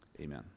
Amen